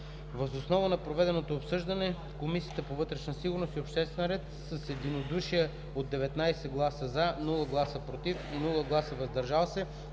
Въз основа на проведеното обсъждане Комисията по вътрешна сигурност и обществен ред с единодушие, с 19 гласа „за“, без „против“ и „въздържал се“,